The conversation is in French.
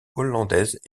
hollandaise